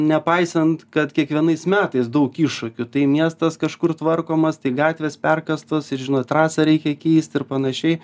nepaisant kad kiekvienais metais daug iššūkių tai miestas kažkur tvarkomas tai gatvės perkastos ir žinot trasą reikia keisti ir panašiai